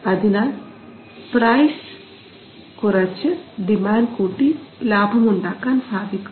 അതിനാൽ പ്രൈസ് കുറച്ചു ഡിമാൻഡ് കൂട്ടി ലാഭമുണ്ടാക്കാൻ സാധിക്കും